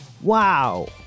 Wow